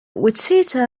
wichita